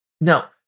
Now